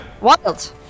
Wild